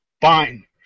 Fine